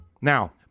Now